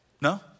no